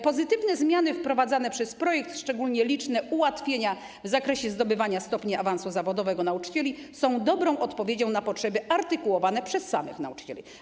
Pozytywne zmiany wprowadzane przed projekt, szczególnie liczne ułatwienia w zakresie zdobywania stopni awansu zawodowego nauczycieli, są dobrą odpowiedzią na potrzeby artykułowane przez samych nauczycieli.